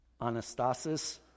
Anastasis